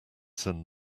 send